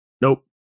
Nope